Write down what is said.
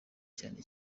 cyane